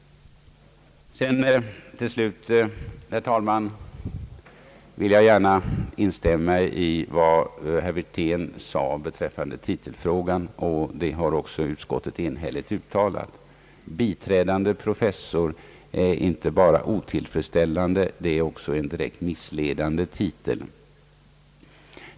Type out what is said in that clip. Till slut, herr talman, vill jag instämma i vad herr Wirtén sade beträffande titelfrågan. Utskottet har också enhälligt uttalat sig på den punkten. Titeln biträdande professor är inte bara otillfredsställande, utan också direkt missledande.